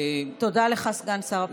תודה לך, סגן שר הפנים.